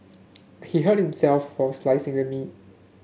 he hurt himself while slicing the meat